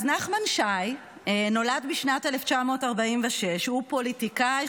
אז נחמן שי נולד בשנת 1946. הוא פוליטיקאי,